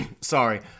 Sorry